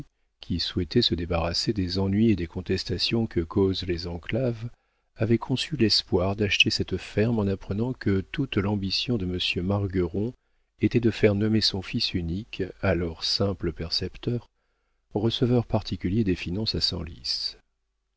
qui souhaitait se débarrasser des ennuis et des contestations que causent les enclaves avait conçu l'espoir d'acheter cette ferme en apprenant que toute l'ambition de monsieur margueron était de faire nommer son fils unique alors simple percepteur receveur particulier des finances à senlis